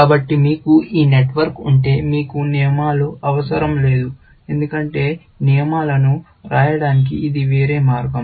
కాబట్టి మీకు ఈ నెట్వర్క్ ఉంటే మీకు నియమాలు అవసరం లేదు ఎందుకంటే ఈ నియమాలను వ్రాయడానికి ఇది వేరే మార్గం